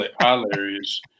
Hilarious